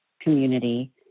community